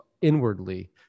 inwardly